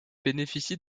bénéficie